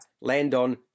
Landon